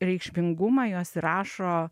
reikšmingumą juos įrašo